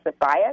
bias